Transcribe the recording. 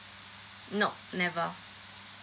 nope never